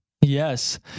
Yes